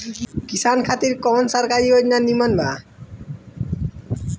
किसान खातिर कवन सरकारी योजना नीमन बा?